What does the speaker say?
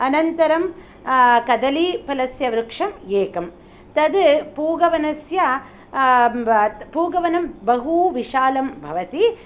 अनन्तरं कदलीफलस्य वृक्षं एकं तत् पूगवनस्य पूगवनं बहुविशालं भवति